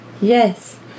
Yes